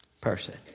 person